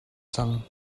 cang